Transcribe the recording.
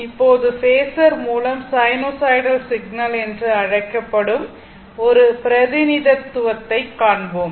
இப்போது பேஸர் மூலம் sinusoidal signal என்று அழைக்கப்படும் ஒரு பிரதிநிதித்துவத்தை காண்போம்